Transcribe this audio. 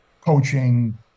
coaching –